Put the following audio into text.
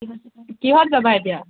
কিহ'ত কিহ'ত যাবা এতিয়া